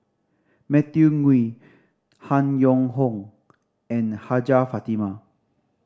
Matthew Ngui Han Yong Hong and Hajjah Fatimah